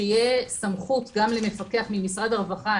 שתהיה סמכות גם למפקח ממשרד הרווחה,